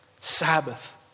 Sabbath